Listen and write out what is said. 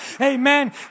Amen